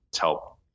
help